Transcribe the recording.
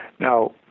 Now